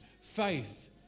faith